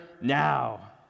now